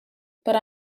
but